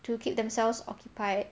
to keep themselves occupied